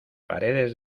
paredes